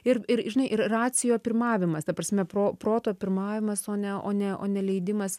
ir ir žinai ir racijo pirmavimas ta prasme pro proto pirmavimas o ne o ne o ne leidimas